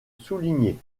soulignée